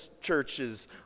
churches